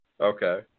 Okay